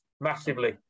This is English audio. Massively